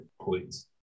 please